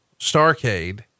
Starcade